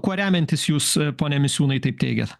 kuo remiantis jūs pone misiūnai taip teigėt